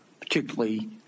particularly